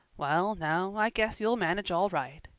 well now, i guess you'll manage all right,